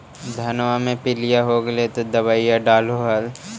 धनमा मे पीलिया हो गेल तो दबैया डालो हल?